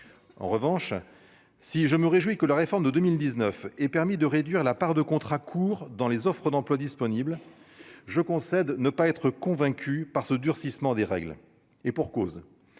en revanche, si je me réjouis que la réforme de 2000 19 et permis de réduire la part de contrats courts dans les offres d'emploi disponibles, je concède ne pas être convaincu par ce durcissement des règles et pour cause,